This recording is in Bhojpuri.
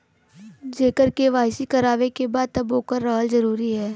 जेकर के.वाइ.सी करवाएं के बा तब ओकर रहल जरूरी हे?